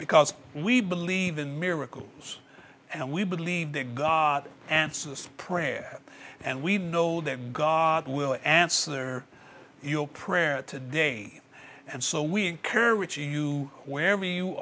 because we believe in miracles and we believe that god answers prayer and we know that god will answer your prayer today and so we encourage you wherever you